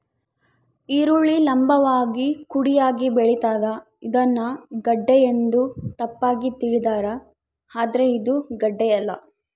ಈರುಳ್ಳಿ ಲಂಭವಾಗಿ ಕುಡಿಯಾಗಿ ಬೆಳಿತಾದ ಇದನ್ನ ಗೆಡ್ಡೆ ಎಂದು ತಪ್ಪಾಗಿ ತಿಳಿದಾರ ಆದ್ರೆ ಇದು ಗಡ್ಡೆಯಲ್ಲ